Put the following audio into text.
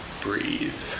breathe